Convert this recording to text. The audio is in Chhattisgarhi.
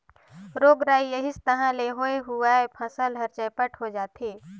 रोग राई अइस तहां ले होए हुवाए फसल हर चैपट होए जाथे